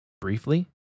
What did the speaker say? briefly